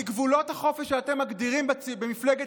כי גבולות החופש שאתם מגדירים במפלגת